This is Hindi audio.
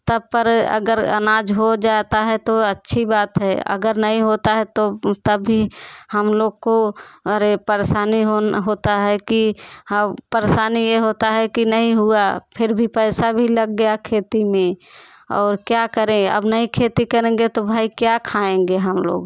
तब पर अगर अनाज हो जाता है तो अच्छी बात है अगर नहीं होता है तो तब भी हम लोग को अरे परेशानी होना होता है कि हम परेशानी ये होता है कि नहीं हुआ फिर भी पैसा भी लग गया खेती में और क्या करें अब नहीं खेती करेंगे तो भाई क्या खाएँगे हम लोग